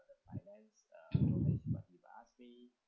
finance uh if you ask me